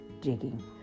digging